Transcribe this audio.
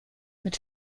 mit